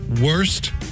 Worst